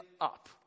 up